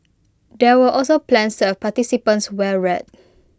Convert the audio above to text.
there were also plans to have participants wear red